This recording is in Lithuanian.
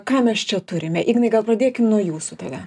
ką mes čia turime ignai gal pradėkim nuo jūsų tada